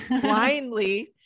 blindly